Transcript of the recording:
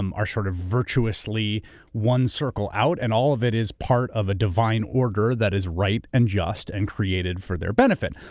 um are short of virtuously one circle out and all of it is part of a divine order that is right and just and created for their benefit.